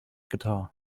guitar